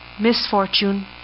misfortune